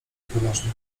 poważnie